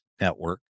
network